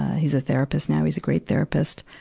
he's a therapist now, he's a great therapist.